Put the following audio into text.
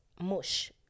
mush